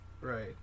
Right